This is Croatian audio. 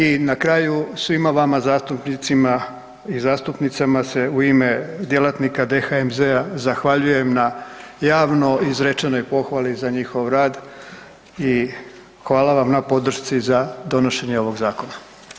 I na kraju svima vama zastupnicima i zastupnicama se u ime djelatnika DHMZ-a zahvaljujem na javno izrečenoj pohvali za njihov rad i hvala vam na podršci za donošenje ovog zakona.